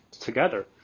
together